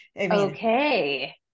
okay